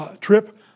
trip